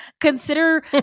Consider